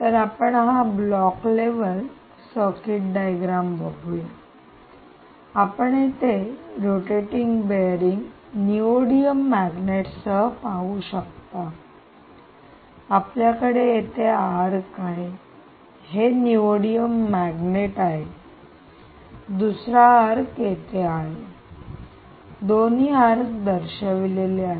तर आपण हा ब्लॉक लेव्हल सर्किट डायग्राम बघूया आपण येथे रोटेटिंग बेअरिंग न्यूओडीमियम मॅग्नेटसह पाहू शकता आपल्याकडे येथे अर्क आहे हे निओडीमियम मॅग्नेट आहे दुसरा अर्क येथे आहे दोन्ही अर्क येथे दर्शविलेले आहेत